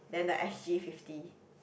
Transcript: then the s_g fifty